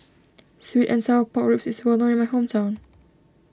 Sweet and Sour Pork Ribs is well known in my hometown